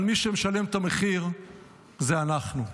אבל מי שמשלם את המחיר זה אנחנו.